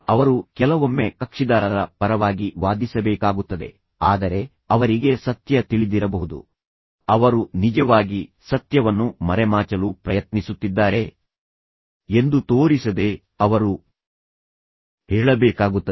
ಅವರು ಕೆಲವೊಮ್ಮೆ ಕಕ್ಷಿದಾರರ ಪರವಾಗಿ ವಾದಿಸಬೇಕಾಗುತ್ತದೆ ಆದರೆ ಅವರಿಗೆ ಸತ್ಯ ತಿಳಿದಿರಬಹುದು ಅವರು ನಿಜವಾಗಿ ಸತ್ಯವನ್ನು ಮರೆಮಾಚಲು ಪ್ರಯತ್ನಿಸುತ್ತಿದ್ದಾರೆ ಎಂದು ತೋರಿಸದೆ ಅವರು ಹೇಳಬೇಕಾಗುತ್ತದೆ